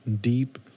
deep